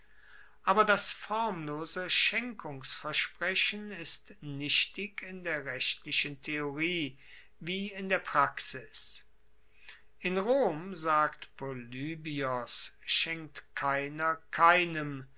aber das formlose schenkungsversprechen ist nichtig in der rechtlichen theorie wie in der praxis in rom sagt polybios schenkt keiner keinem